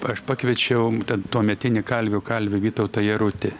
aš pakviečiau ten tuometinį kalvių kalvį vytautą jarutį